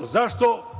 zašto